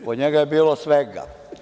Kod njega je bilo svega.